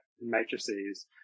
matrices